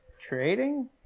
trading